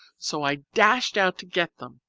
so i dashed out to get them,